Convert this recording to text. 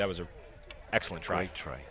that was an excellent try try